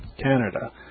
Canada